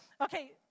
Okay